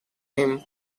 him